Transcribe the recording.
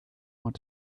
want